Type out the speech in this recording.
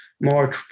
more